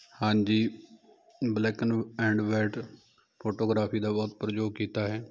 ਹਾਂਜੀ black and and white photography ਦਾ ਬਹੁਤ ਪ੍ਰਯੋਗ ਕੀਤਾ ਹੈ